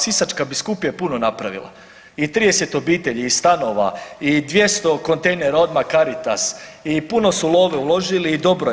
Sisačka biskupija je puno napravila i 30 obitelji i stanova, i 200 kontejnera odmah Caritas, i puno su love uložili i dobro je.